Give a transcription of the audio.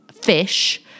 fish